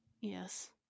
Yes